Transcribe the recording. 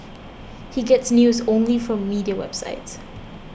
he gets news only from media websites